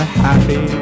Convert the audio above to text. happy